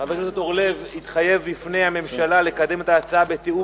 חבר הכנסת אורלב התחייב בפני הממשלה לקדם את ההצעה בתיאום